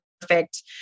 perfect